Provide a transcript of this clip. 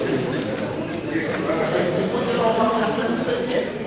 על ההסתייגות של אורבך יש שני מסתייגים?